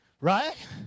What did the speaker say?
Right